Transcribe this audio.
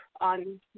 on